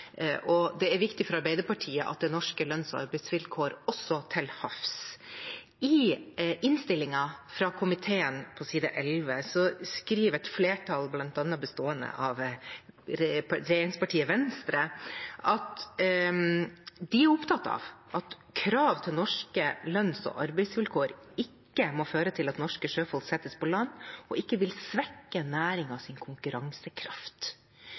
og det er viktig for Arbeiderpartiet at det er norske lønns- og arbeidsvilkår også til havs. I innstillingen fra komiteen, på side 11, skriver et flertall bl.a. bestående av regjeringspartiet Venstre at de er opptatt av at krav til «norske lønns- og arbeidsvilkår ikke vil føre til at norske sjøfolk settes på land og ikke vil svekke næringens konkurransekraft».